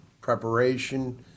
preparation